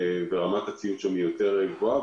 רמת הציות שם היא יותר גבוהה.